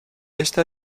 está